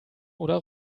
oder